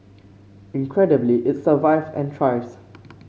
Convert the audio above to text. incredibly it survived and thrives